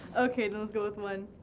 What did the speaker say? okay, let's go with one.